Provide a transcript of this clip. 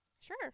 Sure